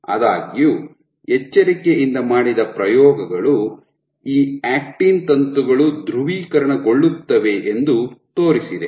ಆದಾಗ್ಯೂ ಎಚ್ಚರಿಕೆಯಿಂದ ಮಾಡಿದ ಪ್ರಯೋಗಗಳು ಈ ಆಕ್ಟಿನ್ ತಂತುಗಳು ಧ್ರುವೀಕರಣಗೊಳ್ಳುತ್ತವೆ ಎಂದು ತೋರಿಸಿದೆ